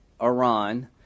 Iran